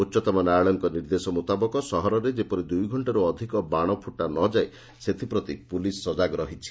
ଉଚ୍ଚତମ ନ୍ୟାୟାଳୟଙ୍କ ନିର୍ଦ୍ଦେଶ ମୁତାବକ ସହରରେ ଯେପରି ଦୂଇଘକ୍ଷାରୁ ଅଧିକ ବାଶ ଫୁଟା ନ ଯାଏ ସେଥିପ୍ରତି ପୁଲିସ୍ ସଜାଗ ରହିଛି